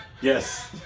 Yes